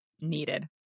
Needed